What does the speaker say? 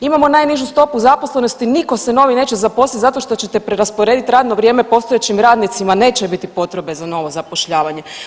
Imamo najnižu stopu zaposlenosti, nitko se novi neće zaposliti zato što ćete preraspodijeliti radno vrijeme postojećim radnicima, neće biti potrebe za novo zapošljavanje.